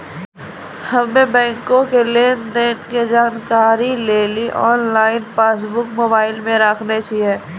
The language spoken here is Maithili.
हम्मे बैंको के लेन देन के जानकारी लेली आनलाइन पासबुक मोबाइले मे राखने छिए